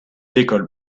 d’école